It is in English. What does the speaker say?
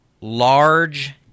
large